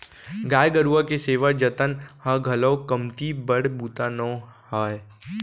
गाय गरूवा के सेवा जतन ह घलौ कमती बड़ बूता नो हय